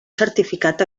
certificat